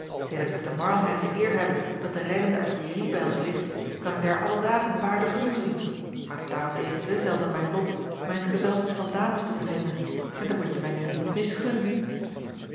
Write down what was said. sedert wij te arlheim de eer hebben dat de rijdende artillerie bij ons ligt kan ik daar alle dagen paarden genoeg zien maar het is daar-en-tegen te zelden mijn lot mij in t gezelschap van dames te bevinden en dat moetje mij nu niet misgunnen